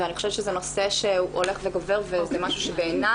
ואני חושבת שזה נושא שהולך וגובר וזה משהו שבעיני